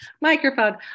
microphone